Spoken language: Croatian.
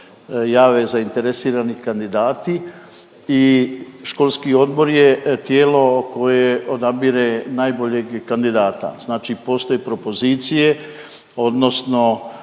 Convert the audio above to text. jave zainteresirani kandidati i školski odbor je tijelo koje odabire najboljeg kandidata, znači postoje propozicije odnosno